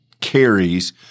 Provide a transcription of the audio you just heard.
carries